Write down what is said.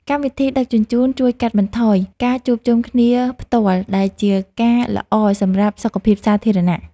កម្មវិធីដឹកជញ្ជូនជួយកាត់បន្ថយការជួបជុំគ្នាផ្ទាល់ ដែលជាការល្អសម្រាប់សុខភាពសាធារណៈ។